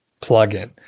plugin